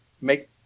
make